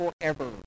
forever